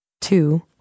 two